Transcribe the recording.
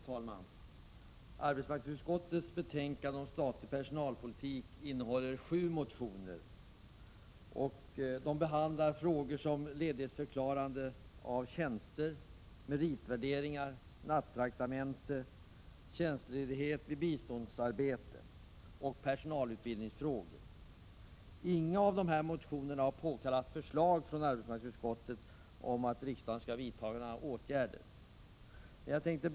Herr talman! Arbetsmarknadsutskottets betänkande om statlig personalpolitik tar upp sju motioner, som behandlar frågor som ledigförklaring av statliga tjänster, meritvärderingar, nattraktamente, tjänstledighet vid biståndsarbete och personalutbildning. Ingen av dessa motioner har påkallat förslag från arbetsmarknadsutskottet om att riksdagen skall vidta några åtgärder.